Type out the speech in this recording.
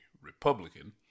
Republican